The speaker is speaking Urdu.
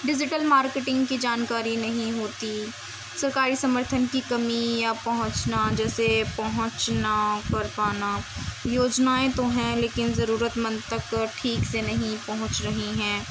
ڈیجیٹل مارکیٹنگ کی جانکاری نہیں ہوتی سرکاری سمرتھن کی کمی یا پہنچنا جیسے پہنچنا کر پانا یوجنائیں تو ہیں لیکن ضرورت مند تک ٹھیک سے نہیں پہنچ رہی ہیں